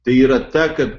tai yra ta kad